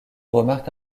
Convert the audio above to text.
remarque